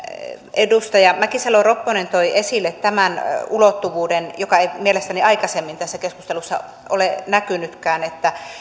edustaja mäkisalo ropponen toi esille tämän ulottuvuuden joka ei mielestäni aikaisemmin tässä keskustelussa ole näkynytkään